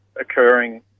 occurring